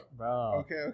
Okay